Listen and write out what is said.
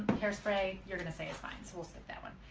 hairspray you're gonna say is fine too we'll skip that one.